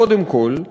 קודם כול,